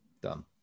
Done